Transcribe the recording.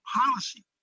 policy